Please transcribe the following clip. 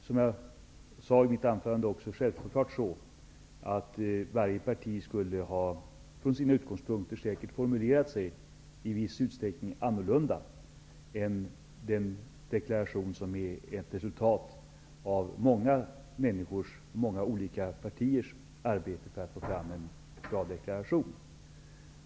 Som jag sade i mitt anförande är det självklart att alla partier från sina egna utgångspunkter i viss utsträckning skulle ha formulerat sig annorlunda än den deklaration som är ett resultat av många människors och många olika partiers arbete för att få fram en bra deklaration.